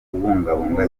kubungabunga